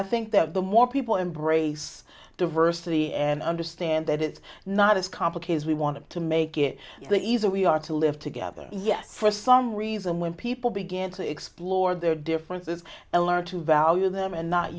i think that the more people embrace diversity and understand that it's not as complicated we want to make it the easier we are to live together yes for some reason when people begin to explore their differences and learn to value them and not